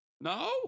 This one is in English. No